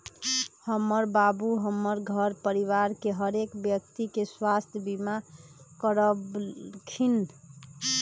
हमर बाबू हमर घर परिवार के हरेक व्यक्ति के स्वास्थ्य बीमा करबलखिन्ह